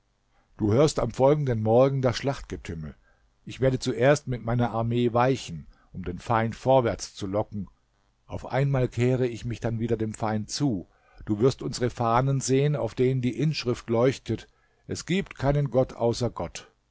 du hörst am folgenden morgen das schlachtgetümmel ich werde zuerst mit meiner armee weichen um den feind vorwärts zu locken auf einmal kehre ich mich dann wieder dem feind zu du wirst unsere fahnen sehen auf denen die inschrift leuchtet es gibt keinen gott außer gott